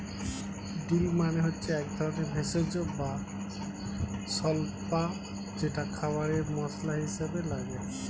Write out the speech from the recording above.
deal মানে হচ্ছে একধরনের ভেষজ বা স্বল্পা যেটা খাবারে মসলা হিসেবে লাগে